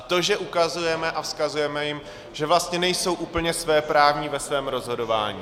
To, že ukazujeme a vzkazujeme jim, že vlastně nejsou úplně svéprávní ve svém rozhodování.